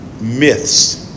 myths